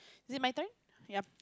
is it my turn yup